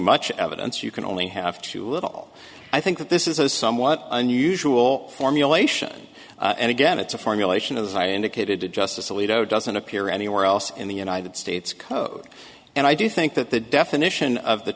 much evidence you can only have too little i think that this is a somewhat unusual formulation and again it's a formulation as i indicated to justice alito doesn't appear anywhere else in the united states code and i do think that the definition of the